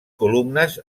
columnes